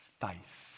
Faith